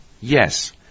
Yes